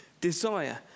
desire